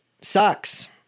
sucks